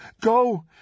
Go